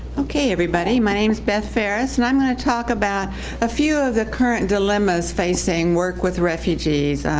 okay everybody, my name is beth ferris and i'm going to talk about a few of the current dilemmas facing work with refugees,